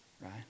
right